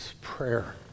Prayer